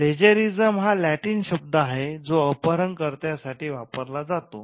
plagiarism हा Latin शब्द आहेजो अपहरणकर्त्यांसाठी वापरला जातो